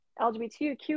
LGBTQ